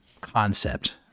concept